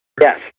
Yes